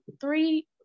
three